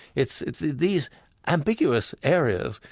it's it's these ambiguous areas,